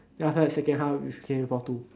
then after that second half became four two